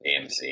AMC